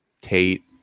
Tate